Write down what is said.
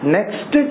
Next